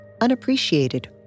unappreciated